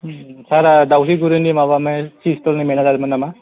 सारआ धावलिगुरिनि माबामोन टि स्टलनि मेनाजारमोन नामा